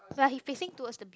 like he facing towards the b~